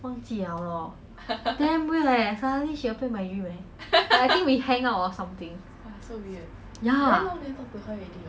忘记了 lor damn weird eh suddenly she appear in my dream eh I think we hang out or something